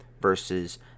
versus